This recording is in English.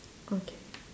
okay